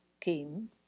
came